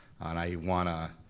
and i wanna,